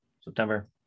september